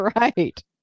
right